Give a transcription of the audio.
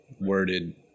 worded